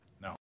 No